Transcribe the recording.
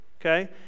okay